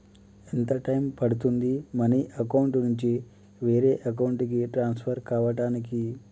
ఎంత టైం పడుతుంది money account నుంచి వేరే అకౌంట్ కి ట్రాన్స్ఫర్ కావటానికి?